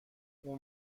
اون